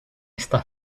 está